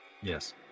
Yes